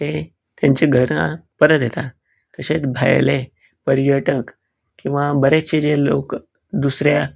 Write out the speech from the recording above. ते तेंच्या घरांत परत येता तशेंच भायले पर्यटक किंवां बरेचशे जे लोक दुसऱ्या